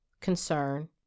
concern